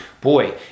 Boy